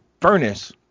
furnace